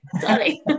Sorry